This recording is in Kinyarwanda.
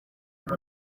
ati